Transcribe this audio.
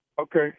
Okay